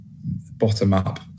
bottom-up